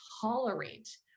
tolerate